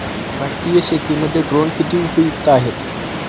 भारतीय शेतीमध्ये ड्रोन किती उपयुक्त आहेत?